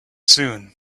soon